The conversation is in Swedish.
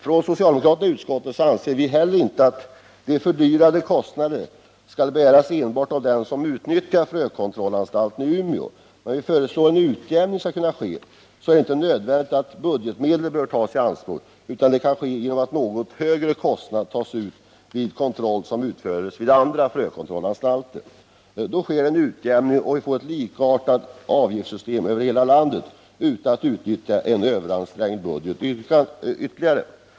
Vi socialdemokrater i utskottet anser inte heller att de ökade kostnaderna skall bäras enbart av dem som utnyttjar frökontrollanstalten i Umeå. Men för att en utjämning skall kunna ske är det inte nödvändigt att budgetmedel tas i anspråk, utan det kan ske genom att en något högre kostnad tas ut för kontroll som utförs vid andra frökontrollanstalter. Då sker det en utjämning, och vi får ett likartat avgiftssystem över hela landet utan att utnyttja en överansträngd budget ytterligare.